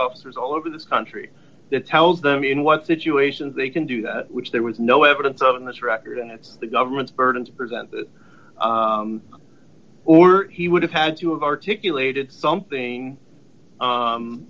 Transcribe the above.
officers all over this country that tells them in what situations they can do that which there was no evidence of in this record and it's the government's burden to present or he would have had to have articulated something